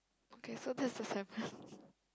okay so this is the seventh